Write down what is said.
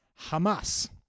Hamas